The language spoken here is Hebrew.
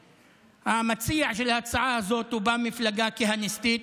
המציע של ההצעה הזאת בא ממפלגה כהניסטית,